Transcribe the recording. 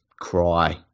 cry